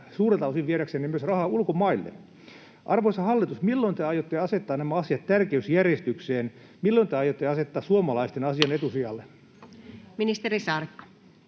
suurelta osin myös viedäksenne rahaa ulkomaille. Arvoisa hallitus, milloin te aiotte asettaa nämä asiat tärkeysjärjestykseen? Milloin te aiotte asettaa suomalaisten asian etusijalle? Ministeri Saarikko.